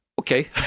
Okay